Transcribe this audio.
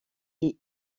est